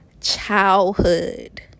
childhood